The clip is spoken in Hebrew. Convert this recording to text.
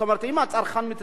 זאת אומרת, אם הצרכן מתנגד,